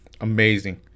amazing